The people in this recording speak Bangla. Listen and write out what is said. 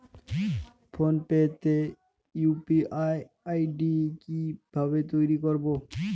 ফোন পে তে ইউ.পি.আই আই.ডি কি ভাবে তৈরি করবো?